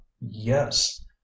Yes